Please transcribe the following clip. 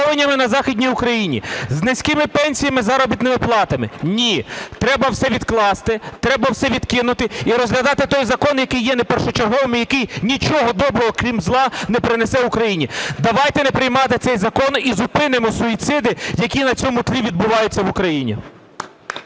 – з повенями на Західній Україні, з низькими пенсіями, заробітними платами? Ні, треба все відкласти, треба все відкинути і розглядати той закон, який є непершочерговим і нічого доброго крім зла не принесе Україні. Давайте не приймати цей закон і зупинимо суїциди, які на цьому тлі відбуваються в Україні.